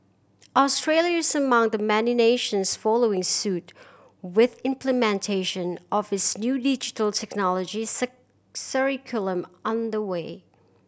Australia is among the many nations following suit with implementation of its new Digital Technologies curriculum under way